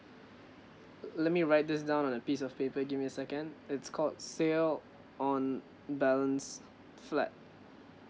let let me write this down on a piece of paper give me a second it's called sale on balance flat